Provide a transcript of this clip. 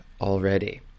already